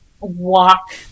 walk